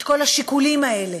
את כל השיקולים האלה.